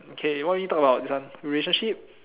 okay what do you want me to talk about this one relationship